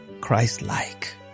Christ-like